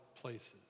places